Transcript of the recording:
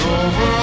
over